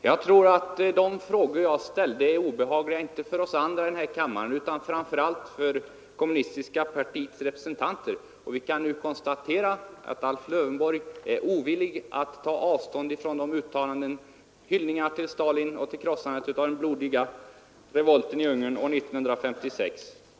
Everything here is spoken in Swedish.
Herr talman! Jag tror att de frågor jag ställde är obehagliga inte för oss andra i kammaren utan för kommunistiska partiets representanter. Vi kan nu konstatera att Alf Lövenborg är ovillig att ta avstånd från dessa uttalanden, hyllningarna till Stalin och till krossandet av den blodiga revolten i Ungern år 1956.